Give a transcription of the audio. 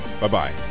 Bye-bye